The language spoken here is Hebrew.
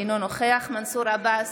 אינו נוכח מנסור עבאס,